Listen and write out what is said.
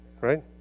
right